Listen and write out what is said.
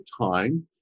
time